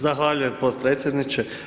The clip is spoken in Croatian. Zahvaljujem potpredsjedniče.